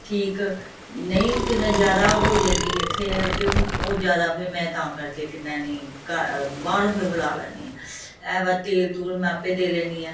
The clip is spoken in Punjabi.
ਠੀਕ ਨਹੀਂ ਕਿੱਦਾਂ ਜ਼ਿਆਦਾ ਹੋ ਜਾਂਦੀ ਹੈ ਖੇ ਅਤੇ ਉਹ ਜ਼ਿਆਦਾ ਫਿਰ ਮੈਂ ਤਾਂ ਕਰਕੇ ਕਿਨਾ ਨਹੀਂ ਘਰ ਬਾਹਰੋਂ ਫਿਰ ਬੁਲਾ ਲੈਂਦੀ ਹਾਂ ਇਹ ਵਾ ਤੇਲ ਤੂਲ ਮੈਂ ਆਪੇ ਦੇ ਲੈਂਦੀ ਹਾਂ